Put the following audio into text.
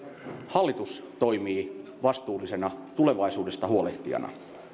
hallitus toimii vastuullisena tulevaisuudesta huolehtijana